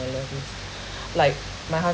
with like my husband